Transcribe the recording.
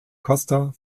costa